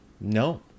No